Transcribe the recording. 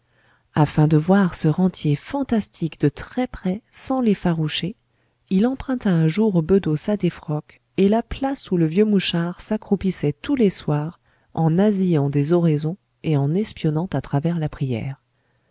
afin de voir ce rentier fantastique de très près sans l'effaroucher il emprunta un jour au bedeau sa défroque et la place où le vieux mouchard s'accroupissait tous les soirs en nasillant des oraisons et en espionnant à travers la prière